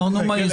מר נומה יזומן.